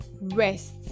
Rest